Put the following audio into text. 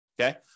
okay